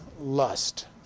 lust